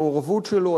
המעורבות שלו,